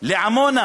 לעמונה